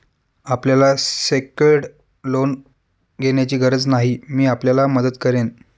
आपल्याला secured loan घेण्याची गरज नाही, मी आपल्याला मदत करेन